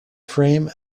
frame